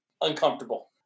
uncomfortable